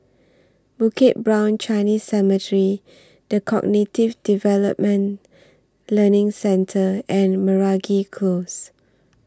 Bukit Brown Chinese Cemetery The Cognitive Development Learning Centre and Meragi Close